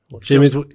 Jimmy's